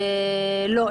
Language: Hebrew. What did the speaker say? לא .